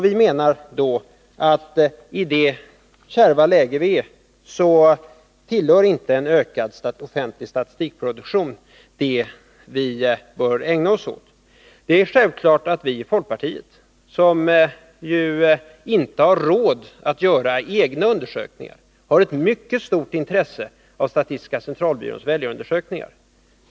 Vi menar då att i det kärva läge vi befinner oss i tillhör inte en ökad offentlig statistikproduktion vad vi bör ägna oss åt. Det är självklart att vi i folkpartiet, som ju inte har råd att göra egna undersökningar, har ett mycket stort intresse av statistiska centralbyråns väljarundersökningar.